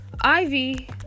Ivy